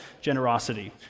generosity